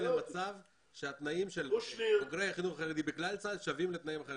למצב שהתנאים של בוגרי החינוך החרדי בכלל צה"ל שווים לתנאים.